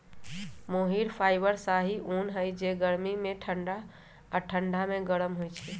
मोहिर fibre शाहि उन हइ के गर्मी में ठण्डा आऽ ठण्डा में गरम होइ छइ